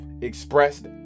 expressed